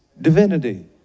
divinity